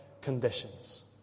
conditions